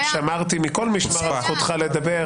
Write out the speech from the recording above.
חבר הכנסת בליאק, שמרתי מכל משמר על זכותך לדבר.